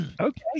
Okay